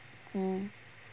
mm